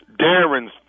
Darren's